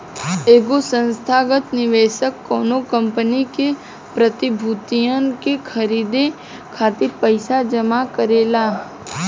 एगो संस्थागत निवेशक कौनो कंपनी के प्रतिभूतियन के खरीदे खातिर पईसा जमा करेला